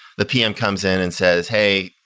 the pm comes in and says, hey,